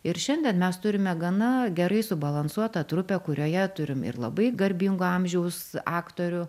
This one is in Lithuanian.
ir šiandien mes turime gana gerai subalansuotą trupę kurioje turim ir labai garbingo amžiaus aktorių